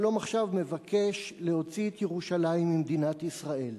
"שלום עכשיו" מבקש להוציא את ירושלים ממדינת ישראל.